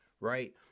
right